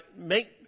make